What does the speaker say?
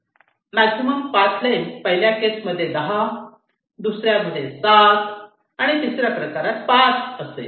maximum path length पहिल्या case मध्ये 10 दुसऱ्या 7 आणि तिसऱ्या 5 असेल